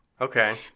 okay